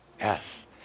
Yes